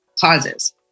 causes